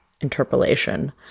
interpolation